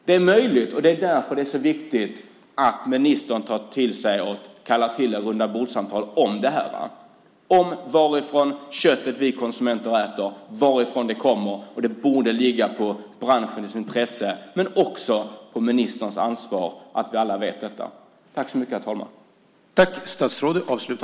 Det är möjligt, och det är därför det är så viktigt att ministern tar det till sig och kallar till rundabordssamtal om det här, om varifrån köttet vi konsumenter äter kommer. Det borde ligga i branschens intresse, men det är också ministerns ansvar att vi alla vet detta.